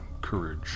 courage